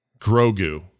Grogu